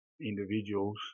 individuals